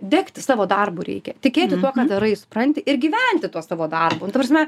degti savo darbu reikia tikėti tuo ką darai supranti ir gyventi tuo savo darbu nu ta prasme